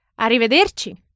Arrivederci